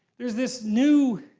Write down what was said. there's this new,